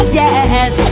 yes